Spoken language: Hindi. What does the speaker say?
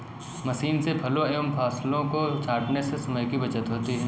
मशीन से फलों एवं फसलों को छाँटने से समय की बचत होती है